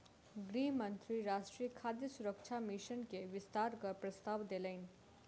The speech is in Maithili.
गृह मंत्री राष्ट्रीय खाद्य सुरक्षा मिशन के विस्तारक प्रस्ताव देलैन